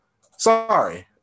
sorry